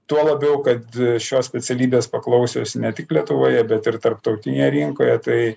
tuo labiau kad šios specialybės paklausios ne tik lietuvoje bet ir tarptautinėj rinkoje tai